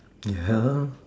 ya